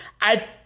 I-